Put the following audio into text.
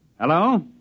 Hello